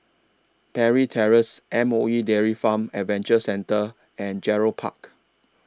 Parry Terrace M O E Dairy Farm Adventure Centre and Gerald Park